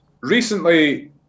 recently